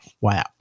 wow